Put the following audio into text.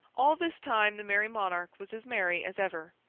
all this time, the merry monarch was as merry as ever,